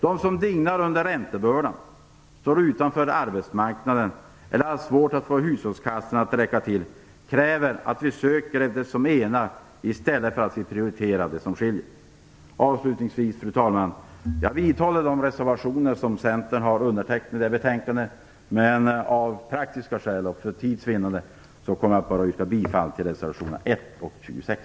De som dignar under räntebördan, står utanför arbetsmarknaden eller har svårt att få hushållskassan att räcka till kräver att vi söker efter det som enar i stället för att prioritera det som skiljer. Avslutningsvis, fru talman, vill jag säga att jag vidhåller de reservationer till betänkandet som Centern har undertecknat, men av praktiska skäl och för tids vinnande kommer jag bara att yrka bifall till reservationerna 1 och 26.